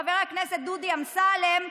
חבר הכנסת דודי אמסלם,